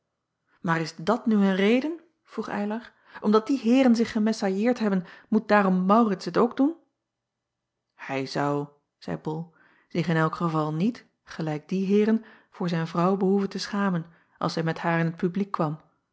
aar is dat nu een reden vroeg ylar omdat die eeren zich gemesalliëerd hebben moet daarom aurits het ook doen ij zou zeî ol zich in elk geval niet gelijk die eeren voor zijn vrouw behoeven te schamen als hij met haar in t publiek kwam